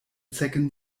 zecken